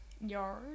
Yard